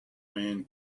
man